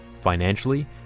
Financially